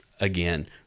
again